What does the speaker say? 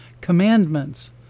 Commandments